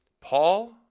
Paul